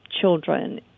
children